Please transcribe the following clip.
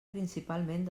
principalment